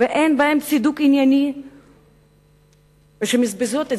ואין בהן צידוק ענייני והן מבזבזות את